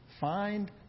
Find